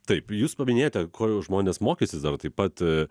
taip jūs paminėjote ko žmonės mokysis dar taip pat